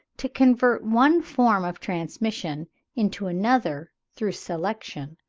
to convert one form of transmission into another through selection,